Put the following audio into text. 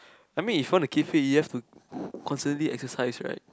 I mean if you want to keep fit you have to constantly exercise right